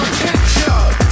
picture